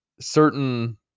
certain